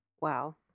Wow